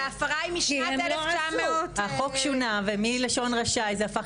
אז ההפרה היא משנת אלף תשע-מאות ו --- החוק שונה ומלשון "רשאי" זה הפך